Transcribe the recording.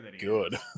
good